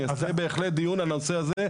נעשה בהחלט דיון על הנושא הזה,